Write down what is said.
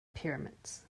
pyramids